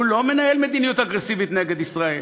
הוא לא מנהל מדיניות אגרסיבית נגד ישראל.